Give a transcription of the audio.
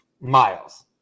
miles